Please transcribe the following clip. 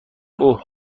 اوه